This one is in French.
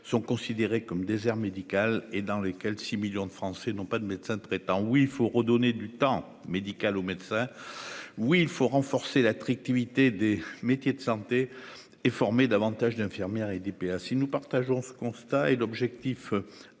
sont considérés comme désert médical et dans lesquels 6 millions de Français n'ont pas de médecin traitant. Oui, il faut redonner du temps médical au médecin. Oui, il faut renforcer l'attractivité des métiers de santé et former davantage d'infirmières et DPA si nous partageons ce constat est l'objectif.